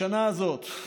בשנה הזאת,